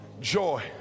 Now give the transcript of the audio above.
Joy